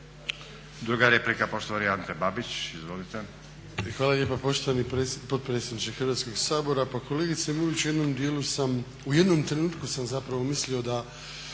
Druga replika, poštovani Ante Babić. Izvolite.